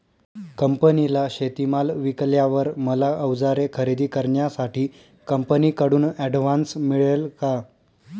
कंपनीला शेतीमाल विकल्यावर मला औजारे खरेदी करण्यासाठी कंपनीकडून ऍडव्हान्स मिळेल का?